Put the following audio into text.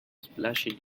splashing